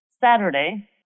Saturday